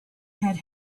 had